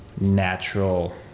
natural